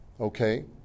okay